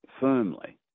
Firmly